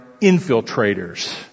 infiltrators